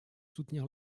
soutenir